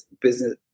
business